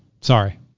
Sorry